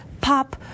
pop